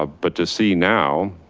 ah but to see now,